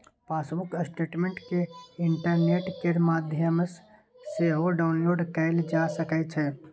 passbook statement केँ internet केर माध्यमसँ सेहो डाउनलोड कएल जा सकै छै